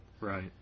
Right